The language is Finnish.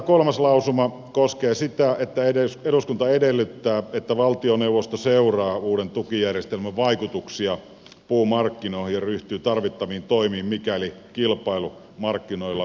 kolmas lausuma koskee sitä että eduskunta edellyttää että valtioneuvosto seuraa uuden tukijärjestelmän vaikutuksia puumarkkinoihin ja ryhtyy tarvittaviin toimiin mikäli kilpailu markkinoilla uhkaa vääristyä